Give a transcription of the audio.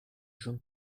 jean